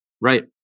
Right